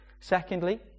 Secondly